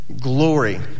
glory